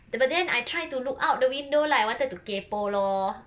the but then I try to look out the window lah I wanted to kaypoh lor